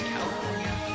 California